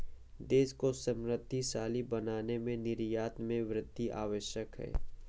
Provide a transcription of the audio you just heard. देश को समृद्धशाली बनाने के लिए निर्यात में वृद्धि आवश्यक है